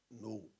no